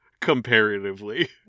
Comparatively